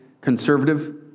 conservative